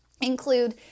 include